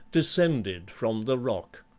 descended from the rock.